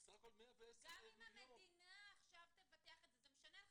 גם אם המדינה עכשיו תבטח את זה זה משנה לך